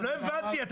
--------- לא הבנתי,